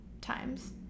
times